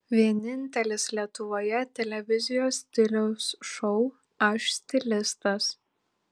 vienintelis lietuvoje televizijos stiliaus šou aš stilistas